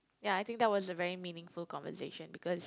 ya I think that was a very meaningful conversation because